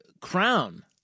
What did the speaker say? crown